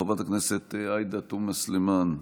חברת הכנסת עאידה תומא סלימאן,